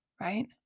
right